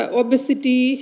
obesity